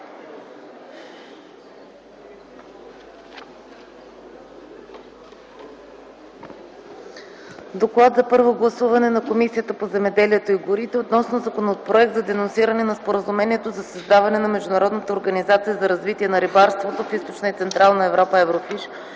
„ДОКЛАД за първо гласуване на Комисията по земеделието и горите относно Законопроект за денонсиране на Споразумението за създаване на Международната организация за развитие на рибарството в Източна и Централна Европа (Еврофиш),